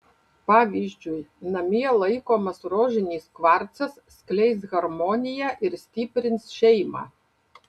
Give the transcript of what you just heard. pavyzdžiui namie laikomas rožinis kvarcas skleis harmoniją ir stiprins šeimą